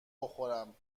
بخورم